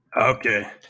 Okay